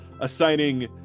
assigning